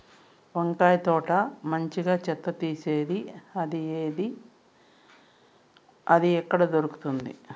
వంకాయ తోట మంచిగా చెత్త తీసేది ఏది? అది ఎక్కడ దొరుకుతుంది?